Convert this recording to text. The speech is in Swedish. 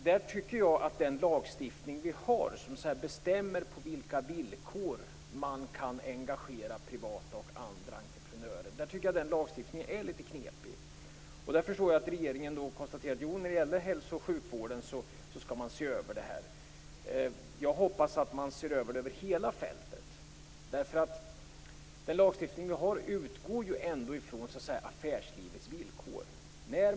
Jag tycker att den lagstiftning som bestämmer på vilka villkor man kan engagera privata och andra entreprenörer är litet knepig. Regeringen konstaterar att man därför skall se över vad som gäller för hälsooch sjukvården. Jag hoppas att man ser över hela fältet. Lagstiftningen utgår ju ändå från affärslivets villkor.